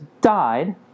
died